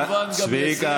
צביקה,